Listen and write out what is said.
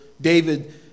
David